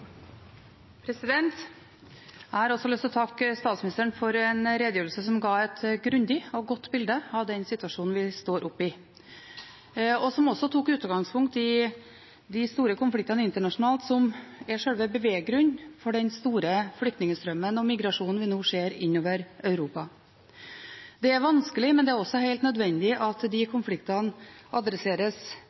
Jeg har også lyst til å takke statsministeren for en redegjørelse som ga et grundig og godt bilde av den situasjonen vi står oppe i, og som også tok utgangspunkt i de store konfliktene internasjonalt som er sjølve beveggrunnen for den store flyktningstrømmen og migrasjonen vi nå ser innover Europa. Det er vanskelig, men det er helt nødvendig at de konfliktene adresseres